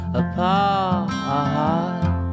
apart